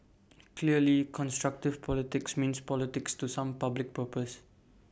clearly constructive politics means politics to some public purpose